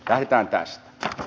lähdetään tästä